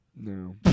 No